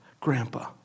Grandpa